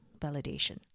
validation